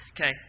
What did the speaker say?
Okay